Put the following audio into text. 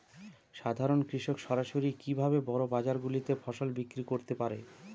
সাধারন কৃষক সরাসরি কি ভাবে বড় বাজার গুলিতে ফসল বিক্রয় করতে পারে?